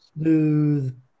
smooth